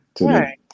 Right